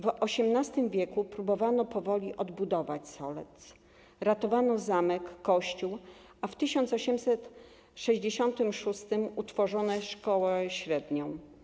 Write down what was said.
W XVIII w. próbowano powoli odbudować Solec, ratowano zamek, kościół, a w 1866 r. utworzono szkołę średnią.